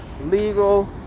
legal